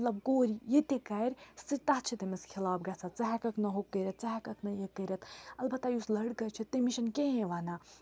مطلب کورِ یہِ تہِ کَرِ سُہ تَتھ چھِ تٔمِس خلاف گژھان ژٕ ہٮ۪کَکھ نہٕ ہُہ کٔرِتھ ژٕ ہٮ۪کَکھ نہٕ یہِ کٔرِتھ البتہ یُس لٔڑکہٕ چھِ تٔمِس چھِنہٕ کِہیٖنۍ وَنان